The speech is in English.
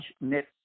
net